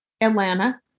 Atlanta